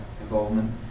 involvement